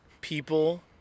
people